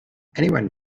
anyone